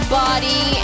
body